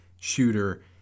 shooter